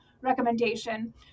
recommendation